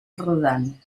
rodant